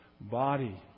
body